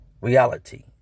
Reality